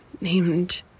named